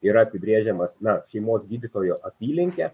yra apibrėžiamas na šeimos gydytojo apylinke